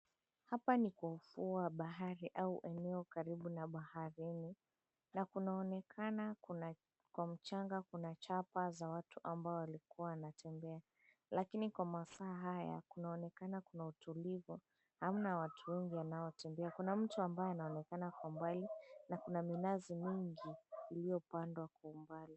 Hapa ni kwa ufuo wa bahari au eneo karibu na baharini na kunaonekana kwa mchanga kuna chapa za watu ambao waliokuwa wanatembea lakini kwa masaa haya kunaonekana kuna utulivu hamna watu wengi wanaotembea, kuna mtu anaonekana kwa mbali na kuna minazi mingi iliyopandwa kwa umbali.